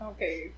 Okay